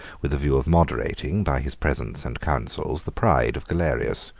with a view of moderating, by his presence and counsels, the pride of galerius.